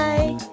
Bye